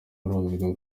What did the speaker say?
ruvuga